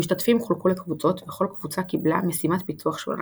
המשתתפים חולקו לקבוצות וכל קבוצה קיבלה 'משימת פיצוח' שונה,